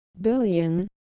billion